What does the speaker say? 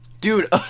Dude